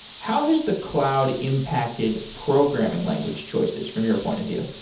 how has the cloud impacted programming language choices from your point of view?